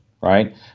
right